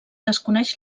desconeix